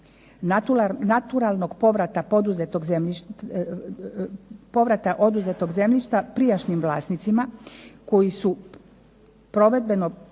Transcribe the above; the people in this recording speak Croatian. naturalnog povrata oduzetog zemljišta prijašnjim vlasnicima koji su pravodobno